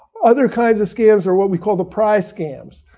other kinds of scams are what we call the prize scams.